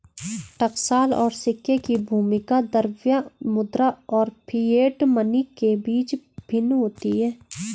टकसाल और सिक्के की भूमिका द्रव्य मुद्रा और फिएट मनी के बीच भिन्न होती है